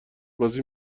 بازی